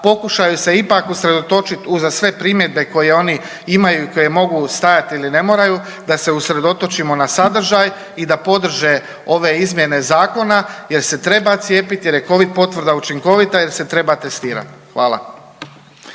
pokušaju se ipak usredotočit uza sve primjedbe koje oni imaju i koje mogu stajati ili ne moraju da se usredotočimo na sadržaj i da podrže ove izmjene zakona jer se treba cijepiti jer je covid potvrda učinkovita jer se treba testirat. Hvala.